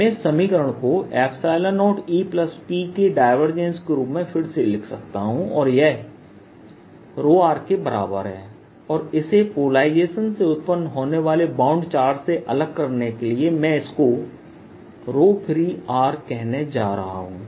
मैं इस समीकरण को 0EP के डायवर्जेंस के रूप में फिर से लिख सकता हूं और यह के बराबर है और इसे पोलराइजेशन से उत्पन्न होने वाले बाउंड चार्ज से अलग करने के लिए मैं इसको free कहने जा रहा हूं